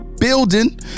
building